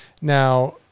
Now